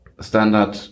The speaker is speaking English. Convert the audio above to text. standard